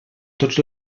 tots